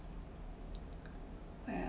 yeah